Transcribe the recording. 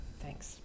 Thanks